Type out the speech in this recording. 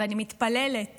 ואני מתפללת